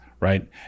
Right